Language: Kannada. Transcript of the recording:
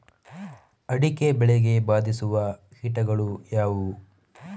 ಅಡಿಕೆ ಬೆಳೆಗೆ ಬಾಧಿಸುವ ಕೀಟಗಳು ಯಾವುವು?